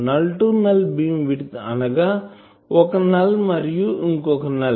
null to null beam width అనగా ఒక null మరియు ఇంకొక నల్